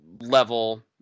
level